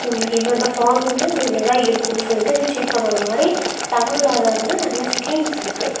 இவங்களுக்கு இவ்வளோ தான் பார்மிங்க்னால் இவங்க இவ்வளோ தான் இருக்கணும் சொல்லிவிட்டு எதுவும் ச்சீட் பண்ணாத மாதிரி தகவல் ஆதரங்களும் நிறையா ஸ்கீம்ஸ் இருக்குது